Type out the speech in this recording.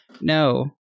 No